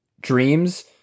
Dreams